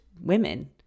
women